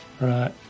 Right